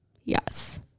yes